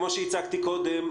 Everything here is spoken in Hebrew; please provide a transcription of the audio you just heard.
כמו שהצגתי קודם,